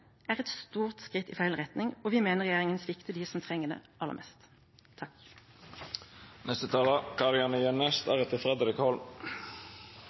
er et stort skritt i feil retning, og vi mener regjeringen svikter dem som trenger det aller mest.